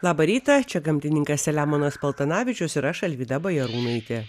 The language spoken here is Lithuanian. labą rytą čia gamtininkas selemonas paltanavičius ir aš alvyda bajarūnaitė